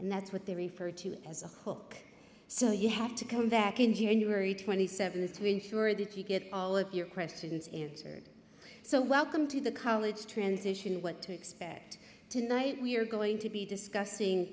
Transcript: and that's what they refer to as a whole so you have to come back in january twenty seventh to ensure that you get all of your questions answered so welcome to the college transition what to expect tonight we're going to be discussing